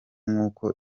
nk’uko